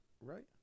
right